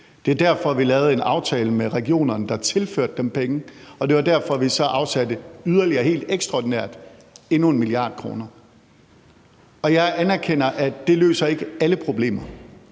Det er derfor, vi lavede en aftale med regionerne, der tilførte dem penge, og det var derfor, vi så yderligere helt ekstraordinært afsatte endnu 1 mia. kr. Jeg anerkender, at det ikke løser alle problemer,